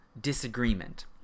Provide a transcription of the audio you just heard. disagreement